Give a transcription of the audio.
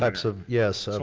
um so of, yes. and